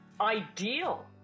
ideal